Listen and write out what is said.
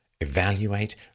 Evaluate